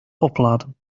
opladen